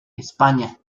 españa